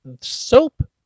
soap